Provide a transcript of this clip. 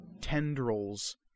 tendrils